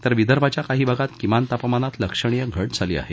तर विदर्भाच्या काही भागात किमान तापमानात लक्षणीय घट झाली आहे